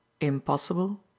Impossible